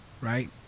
Right